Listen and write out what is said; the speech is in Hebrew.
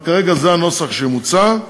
אבל כרגע זה הנוסח שמוצע.